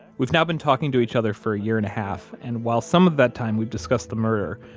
we've now been talking to each other for a year and a half, and while some of that time we've discussed the murder,